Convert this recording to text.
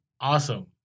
awesome